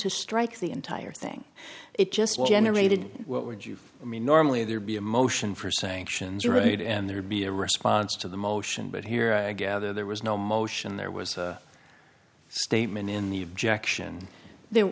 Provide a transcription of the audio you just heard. to strike the entire thing it just was generated what would you normally there be a motion for sanctions right and there would be a response to the motion but here i gather there was no motion there was a statement in the objection the